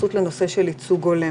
התייחסות לנושא של ייצוג הולם.